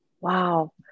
Wow